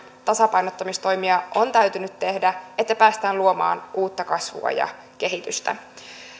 tasapainottamistoimia on täytynyt tehdä että päästään luomaan uutta kasvua ja kehitystä